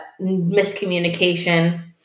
miscommunication